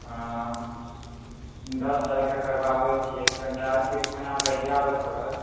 हँ दस तारीख़ के करबाबै छियै कनिटा एक महिना पहिले आबय लए परत